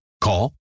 Call